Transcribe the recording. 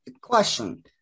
Question